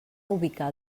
ubicar